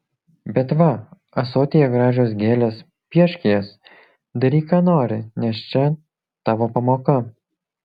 bet va ąsotyje gražios gėlės piešk jas daryk ką nori nes čia tavo pamoka